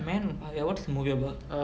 man on fire what is this movie about